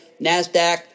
NASDAQ